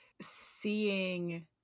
seeing